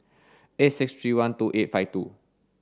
eight six three one two eight five two